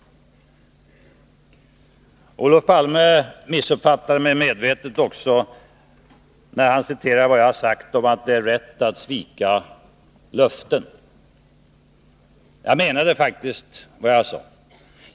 Olof Palme missuppfattade mig medvetet också när han citerade vad jag har sagt om att det är rätt att svika löften. Jag menade faktiskt vad jag sade.